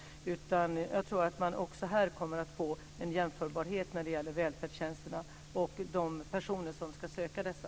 Jag tror att man också här kommer att få en jämförbarhet när det gäller välfärdstjänsterna och de personer som ska söka dessa.